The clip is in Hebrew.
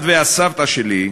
את והסבתא שלי,